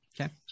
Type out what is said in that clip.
Okay